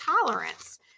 tolerance